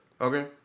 Okay